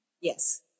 Yes